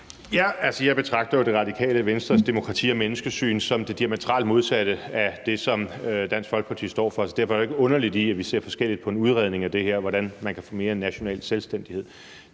(DF): Jeg betragter jo Radikale Venstres demokrati- og menneskesyn som det diametralt modsatte af det, som Dansk Folkeparti står for. Derfor er der jo ikke noget underligt i, at vi ser forskelligt på en udredning af det her, altså hvordan man kan få mere national selvstændighed.